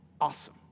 awesome